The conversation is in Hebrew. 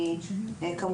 אני סומכת,